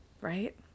Right